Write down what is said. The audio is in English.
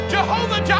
Jehovah